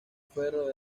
ferro